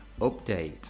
update